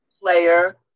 player